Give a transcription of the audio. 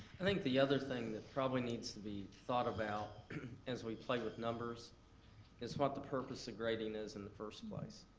i think the other thing that probably needs to be thought about as we play with numbers is what the purpose of grading is in the first place.